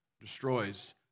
destroys